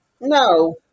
no